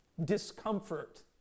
discomfort